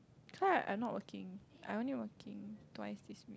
that's why I not working I only working twice this